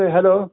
Hello